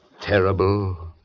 Terrible